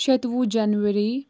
شتوُہ جنؤری